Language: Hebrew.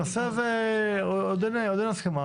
הנושא הזה עוד אין הסכמה.